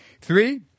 Three